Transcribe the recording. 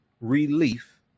relief